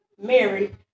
Mary